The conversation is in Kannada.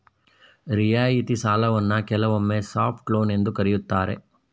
ರಿಯಾಯಿತಿ ಸಾಲವನ್ನ ಕೆಲವೊಮ್ಮೆ ಸಾಫ್ಟ್ ಲೋನ್ ಎಂದು ಕರೆಯುತ್ತಾರೆ